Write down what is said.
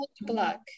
Black